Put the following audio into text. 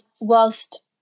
whilst